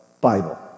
Bible